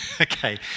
okay